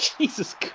Jesus